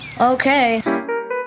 okay